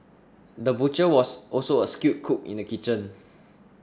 the butcher was also a skilled cook in the kitchen